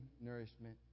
nourishment